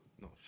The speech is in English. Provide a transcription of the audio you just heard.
no